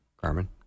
Carmen